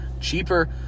cheaper